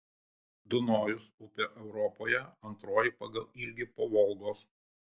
dunojus upė europoje antroji pagal ilgį po volgos